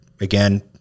again